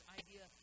idea